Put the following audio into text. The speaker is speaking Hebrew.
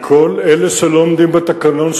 וכל אלה שלא עומדים בתקנון,